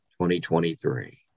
2023